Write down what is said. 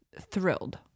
thrilled